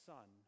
Son